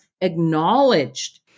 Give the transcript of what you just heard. acknowledged